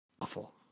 awful